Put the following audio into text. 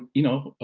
you know,